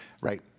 right